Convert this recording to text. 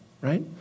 right